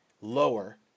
lower